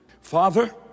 Father